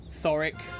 Thoric